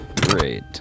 Great